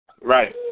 Right